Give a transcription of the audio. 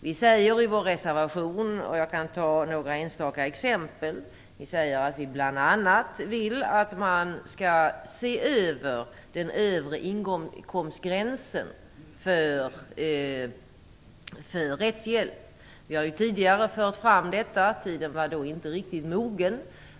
Vi säger i vår reservation, jag kan ta några enstaka exempel, att vi vill att man skall se över den övre inkomstgränsen för rättshjälp. Vi har tidigare fört fram detta. Tiden var då inte riktigt mogen.